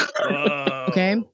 Okay